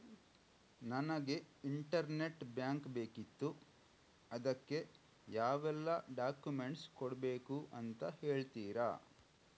ನನಗೆ internet bank ಬೇಕಿತ್ತು ಅದಕ್ಕೆ ಯಾವೆಲ್ಲಾ ಡಾಕ್ಯುಮೆಂಟ್ಸ್ ಕೊಡ್ಬೇಕು ಅಂತ ಹೇಳ್ತಿರಾ?